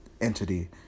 entity